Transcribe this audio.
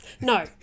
No